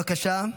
בבקשה.